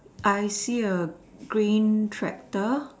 I see a green tractor